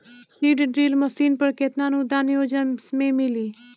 Seed drill machine पर केतना अनुदान योजना में मिली?